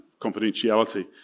confidentiality